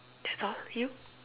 that's all you